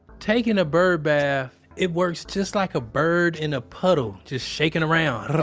taking a birdbath. it works just like a bird in a puddle just shaking around.